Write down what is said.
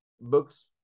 books